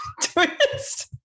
twist